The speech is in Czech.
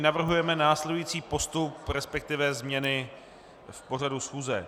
Navrhujeme následující postup, resp. změny v pořadu schůze.